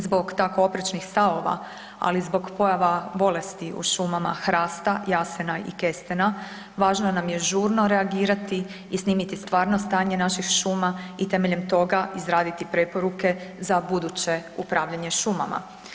Zbog tako oprečnih stavova ali i zbog pojava bolesti u šumama hrasta, jasena i kestena važno nam je žurno reagirati i snimiti stvarno stanje naših šuma i temeljem toga izraditi preporuke za buduće upravljanje šumama.